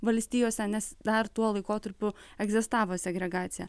valstijose nes dar tuo laikotarpiu egzistavo segregacija